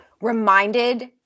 reminded